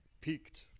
peaked